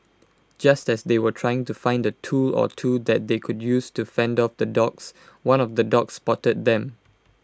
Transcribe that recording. just as they were trying to find A tool or two that they could use to fend off the dogs one of the dogs spotted them